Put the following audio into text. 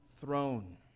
throne